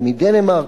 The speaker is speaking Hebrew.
דנמרק,